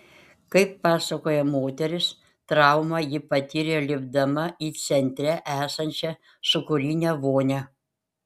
kaip pasakoja moteris traumą ji patyrė lipdama į centre esančią sūkurinę vonią